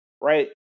right